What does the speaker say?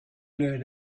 learn